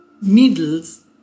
needles